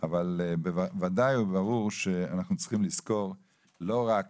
אבל ודאי וברור שאנחנו צריכים לזכור לא רק